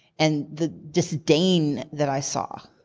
and the disdain that i saw.